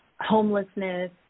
homelessness